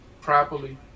properly